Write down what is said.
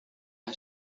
has